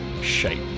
shape